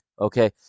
Okay